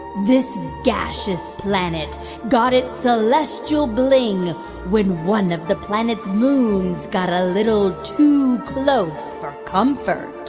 this gaseous planet got its celestial bling when one of the planets' moons got a little too close for comfort.